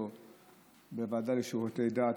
מהוועדה לשירותי דת,